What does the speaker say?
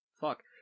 Fuck